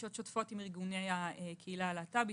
פגישות שוטפות עם ארגוני הקהילה הלהט"בית,